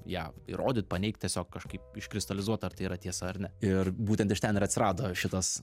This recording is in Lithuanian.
ją įrodyt paneigt tiesiog kažkaip iškristalizuot ar tai yra tiesa ar ne ir būtent iš ten ir atsirado šitos